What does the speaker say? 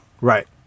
right